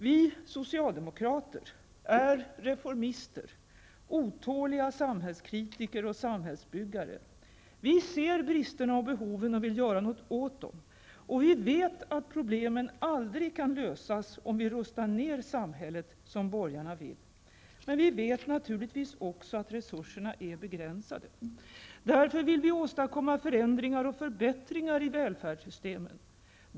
Vi socialdemokrater är reformister, otåliga samhällskritiker och samhällsbyggare. Vi ser bristerna och behoven och vill göra något åt dem. Vi vet att problemen aldrig kan lösas om vi rustar ner samhället, som borgarna vill. Men vi vet naturligtvis också att resurserna är begränsade. Därför vill vi åstadkomma förändringar och förbättringar i välfärdssystemen.